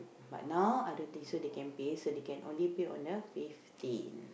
but now I don't think so they can pay so they can only pay on the fifteen